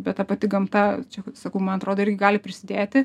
bet ta pati gamta sakau man atrodo irgi gali prisidėti